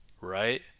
right